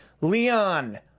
Leon